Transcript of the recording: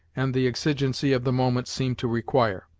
and the exigency of the moment seemed to require.